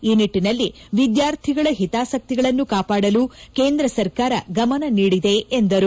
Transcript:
ಈ ನಿಟ್ಟನಲ್ಲಿ ವಿದ್ಯಾರ್ಥಿಗಳ ಹಿತಾಸಕ್ತಿಗಳನ್ನು ಕಾಪಾಡಲು ಕೇಂದ್ರ ಸರ್ಕಾರ ಗಮನ ನೀಡಿದೆ ಎಂದರು